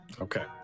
Okay